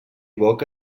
boca